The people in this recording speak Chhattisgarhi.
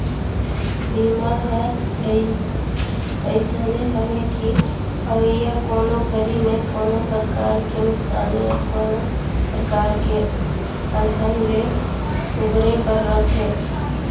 बीमा हर अइसने हवे कि अवइया कोनो घरी मे कोनो परकार के नुकसानी या कोनो परकार के अलहन ले उबरे बर रथे